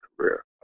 career